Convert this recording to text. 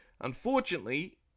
Unfortunately